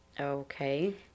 Okay